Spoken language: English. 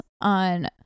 on